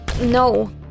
No